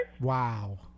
Wow